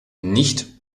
nicht